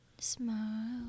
Smile